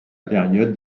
période